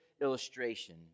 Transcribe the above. illustration